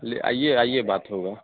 ले आइए आइए बात होगा